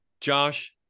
josh